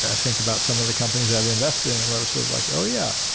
ah think about some of the companies they have invested in where it was sort of like, oh, yeah.